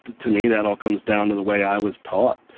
to to me, that all comes down to the way i was taught.